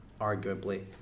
arguably